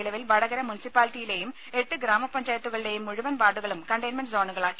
നിലവിൽ വടകര മുൻസിപ്പാലിറ്റിയിലേയും എട്ട് ഗ്രാമപഞ്ചായത്തുകളിലേയും മുഴുവൻ വാർഡുകളും കണ്ടെയ്മെന്റ്സോണുകളായി